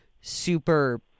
super